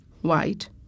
white